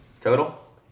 Total